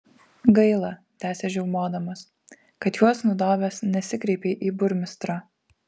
gaila tęsė žiaumodamas kad juos nudobęs nesikreipei į burmistrą